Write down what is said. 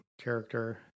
character